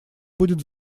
будет